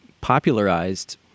popularized